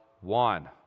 one